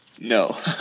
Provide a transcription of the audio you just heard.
No